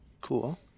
Cool